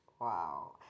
Wow